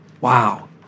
Wow